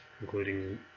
Including